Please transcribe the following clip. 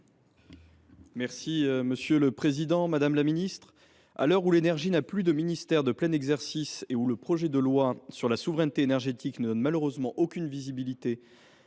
et numérique. Madame la ministre, à l’heure où l’énergie n’a plus de ministère de plein exercice et où le projet de loi sur la souveraineté énergétique ne donne malheureusement aucune visibilité